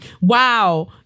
Wow